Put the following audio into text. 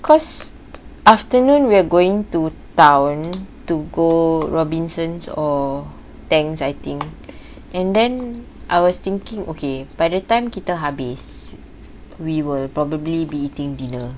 cause afternoon we're going to town to go robinsons or tangs I think and then I was thinking okay by the time kita habis we will probably be eating dinner